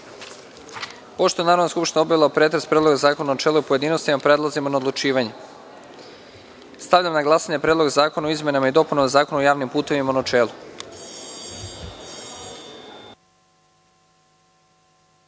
je Narodna skupština obavila pretres Predloga zakona u načelu i u pojedinostima, prelazimo na odlučivanje. Stavljam na glasanje Predlog zakona o izmenama i dopunama Zakona o javnim putevima, u